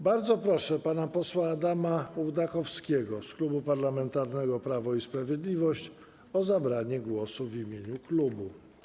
Bardzo proszę pana posła Adama Ołdakowskiego z Klubu Parlamentarnego Prawo i Sprawiedliwość o zabranie głosu w imieniu klubu.